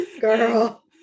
Girl